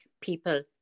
people